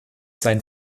seinen